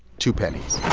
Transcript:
two pennies